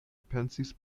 pensis